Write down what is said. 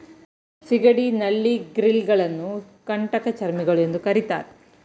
ಸಿಗಡಿ, ನಳ್ಳಿ, ಕ್ರಿಲ್ ಗಳನ್ನು ಕಂಟಕಚರ್ಮಿಗಳು ಎಂದು ಕರಿತಾರೆ